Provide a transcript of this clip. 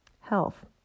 Health